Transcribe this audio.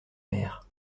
mer